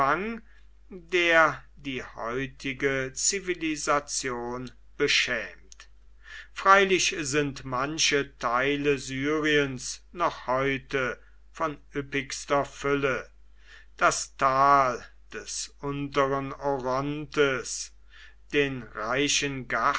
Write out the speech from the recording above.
der die heutige zivilisation beschämt freilich sind manche teile syriens noch heute von üppigster fülle das tal des unteren orontes den reichen